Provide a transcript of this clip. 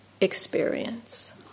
experience